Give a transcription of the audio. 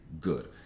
good